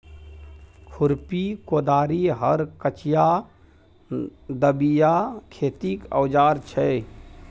खुरपी, कोदारि, हर, कचिआ, दबिया खेतीक औजार छै